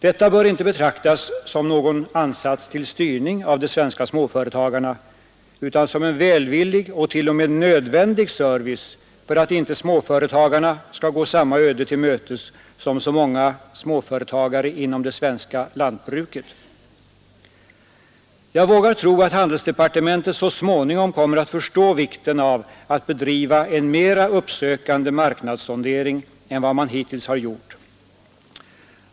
Detta bör inte betraktas som någon ansats till styrning av de svenska småföretagarna utan som en välvillig och t.o.m. nödvändig service för att inte småföretagarna skall gå samma öde till mötes som så många småföretagare inom det svenska lantbruket. Jag vågar tro att handelsdepartementet så småningom kommer att förstå vikten av att bedriva en mera uppsökande marknadssondering än vad man hittills har gjort.